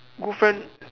good friend